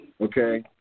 okay